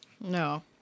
No